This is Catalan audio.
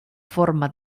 forma